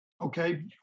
okay